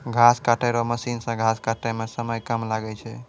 घास काटै रो मशीन से घास काटै मे समय कम लागै छै